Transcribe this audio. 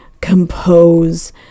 compose